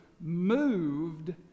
Moved